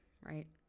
right